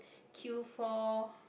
queue for